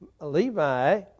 Levi